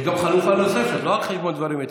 יש גם חלופה נוספת, לא על חשבון דברים התקפיים.